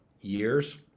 years